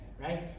right